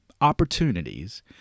opportunities